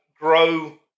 grow